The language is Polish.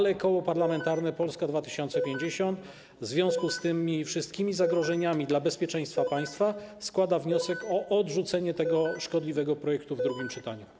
Jednak Koło Parlamentarne Polska 2050 w związku z tymi wszystkimi zagrożeniami dla bezpieczeństwa składa wniosek o odrzucenie tego szkodliwego projektu w drugim czytaniu.